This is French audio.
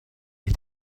est